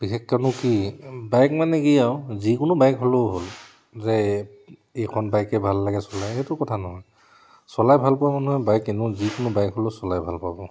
বিশেষকৈ মোক কি বাইক মানে কি আৰু যিকোনো বাইক হ'লেও হ'ল যে এইখন বাইকে ভাল লাগে চলাই সেইটো কথা নহয় চলাই ভাল পোৱা মানুহে এনেও যিকোনো বাইক হ'লেও চলাই ভাল পাব